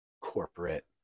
corporate